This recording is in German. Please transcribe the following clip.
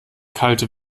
kalte